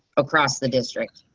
across the district.